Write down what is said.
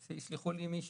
ויסלח לי מי ששכחתי.